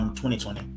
2020